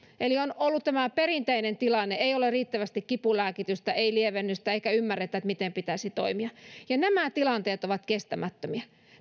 eli on ollut tämä perinteinen tilanne ei ole riittävästi kipulääkitystä ei lievennystä eikä ymmärretä miten pitäisi toimia ja nämä tilanteet ovat kestämättömiä